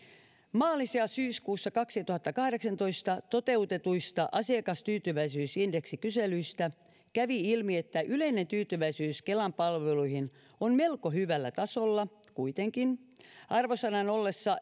maalis ja syyskuussa kaksituhattakahdeksantoista toteutetuista asiakastyytyväisyysindeksikyselyistä kävi ilmi että yleinen tyytyväisyys kelan palveluihin on kuitenkin melko hyvällä tasolla arvosanan ollessa